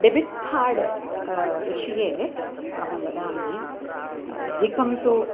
debit card विषये अहं वदामि अधिकं तु